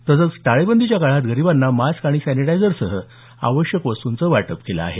तसेच टाळेबंदीच्या काळात गरिबांना मास्क आणि सॅनिटायझरसह आवश्यक वस्तूंचं वाटप केलं आहे